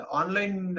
online